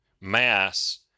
mass